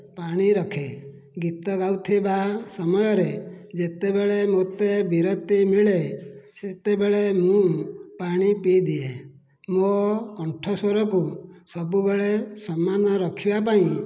ପାଣି ରଖେ ଗୀତ ଗାଉଥିବା ସମୟରେ ଯେତେବେଳେ ମୋତେ ବିରତି ମିଳେ ସେତେବେଳେ ମୁଁ ପାଣି ପିଇ ଦିଏ ମୋ କଣ୍ଠ ସ୍ୱରକୁ ସବୁବେଳେ ସମାନ ରଖିବା ପାଇଁ